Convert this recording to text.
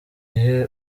ihe